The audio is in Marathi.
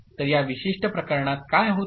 तर या विशिष्ट प्रकरणात काय होते